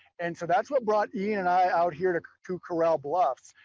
and so that's what brought ian and i out here to to corral bluffs,